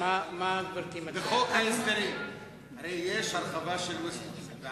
בחוק ההסדרים הרי יש הרחבה של ויסקונסין.